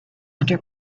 under